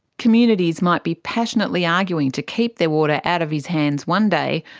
communities might be passionately arguing to keep their water out of his hands one day,